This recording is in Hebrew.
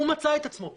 הוא מצא את עצמו פה.